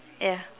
ya